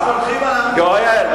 יואל,